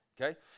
okay